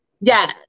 Yes